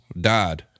died